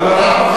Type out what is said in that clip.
לא, לא.